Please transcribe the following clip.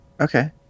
okay